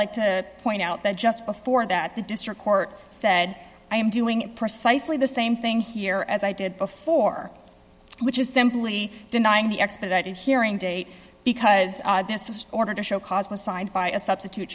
like to point out that just before that the district court said i am doing precisely the same thing here as i did before which is simply denying the expedited hearing date because this was ordered to show cause was signed by a substitute